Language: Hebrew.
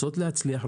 רוצות להצליח,